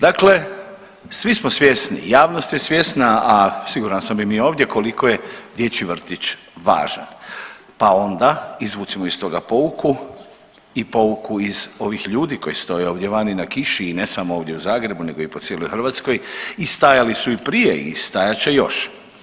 Dakle svi smo svjesni, javnost je svjesna a siguran sam i mi ovdje koliko je dječji vrtić važan, pa onda izvucimo iz toga pouku i pouku iz ovih ljudi koji stoje ovdje vani na kiši i ne samo ovdje u Zagrebu nego i po cijeloj Hrvatskoj i stajali su i prije i stajat će i još.